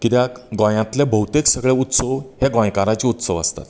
कित्याक गोंयांतलें भोवतेक सगळें उत्सव हे गोंयकारांचे उत्सव आसतात